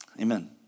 Amen